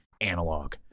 analog